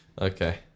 Okay